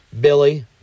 Billy